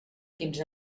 fins